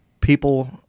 people